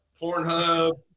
Pornhub